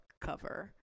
cover